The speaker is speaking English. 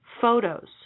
photos